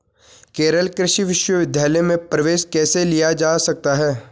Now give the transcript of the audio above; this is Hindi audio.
केरल कृषि विश्वविद्यालय में प्रवेश कैसे लिया जा सकता है?